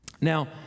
now